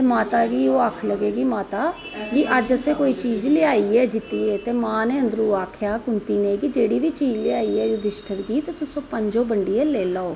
ते माता गी ओह् आक्खन लगे कि माता अज्ज असें कोई चीज लेई आयी ऐ जित्ती ऐ मां ने अंदरुं आखेआ कुन्ती ने कि जेहड़ी बी चीज लेई आयी ऐ तुस पंजो बंडी ऐ लेई लैओ